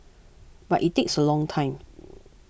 but it takes a long time